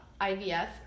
IVF